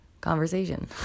conversation